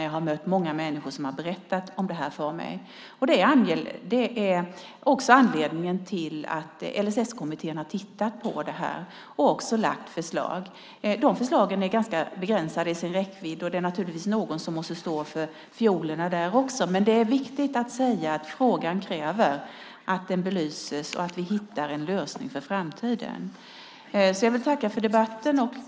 Jag har mött många människor som har berättat om det här för mig. Det är också anledningen till att LSS-kommittén har tittat på det här och också lagt fram förslag. De här förslagen är ganska begränsade i sin räckvidd, och det är naturligtvis någon som måste stå för fiolerna där också. Men det är viktigt att säga att frågan kräver att den belyses och att vi hittar en lösning för framtiden. Jag vill tacka för debatten.